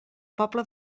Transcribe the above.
pobla